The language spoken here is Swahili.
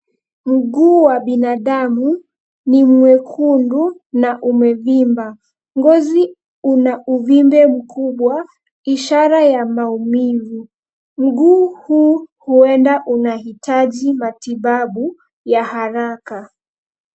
Mguu wa binadamu ni mwekundu na umevimba. Ngozi una uvimbe mkubwa ishara ya maumivu. Mguu huu huenda unahitaji matibabu ya haraka.